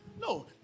No